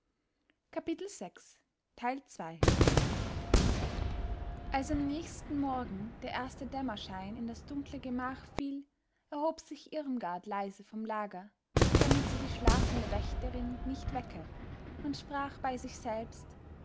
als am nächsten morgen der erste dämmerschein in das dunkle gemach fiel erhob sich irmgard leise vom lager damit sie die schlafende wächterin nicht wecke und sprach bei sich selbst